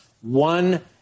one